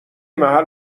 محل